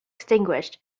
extinguished